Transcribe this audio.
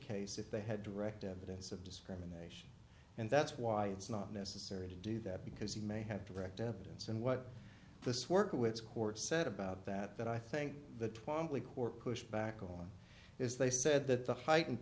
case if they had direct evidence of discrimination and that's why it's not necessary to do that because he may have direct evidence and what this work which court said about that that i think the twamley court pushed back on is they said that the heightened